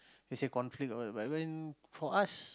they say conflict or what but when for us